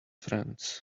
friends